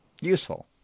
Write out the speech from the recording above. useful